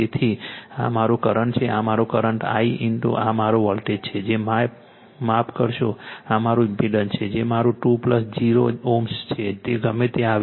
તેથી આ મારો કરંટ છે આ મારો કરંટ છે I આ મારું વોલ્ટેજ છે જે માય માફ કરશો આ મારું ઇમ્પેડન્સ છે જે મારું 2 0 Ω છે તે ગમે તે આવે